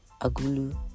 Agulu